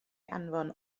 anfon